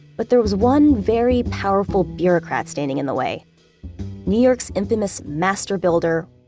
but there was one very powerful bureaucrat standing in the way new york's infamous master builder,